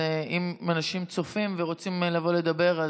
אם אנשים צופים ורוצים לבוא לדבר,